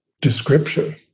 description